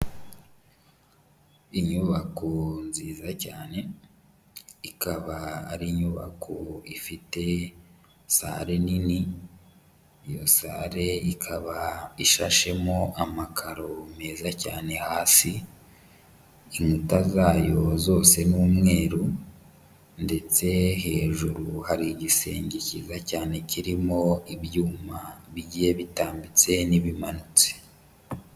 Inyubako nziza cyane, ikaba ari inyubako ifite salle nini, iyo salle ikaba ishashemo amakaro meza cyane hasi, inkuta zayo zose ni umweru ndetse hejuru hari igisenge cyiza cyane kirimo ibyuma bigiye bitambitse n'ibimanutse.